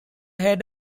head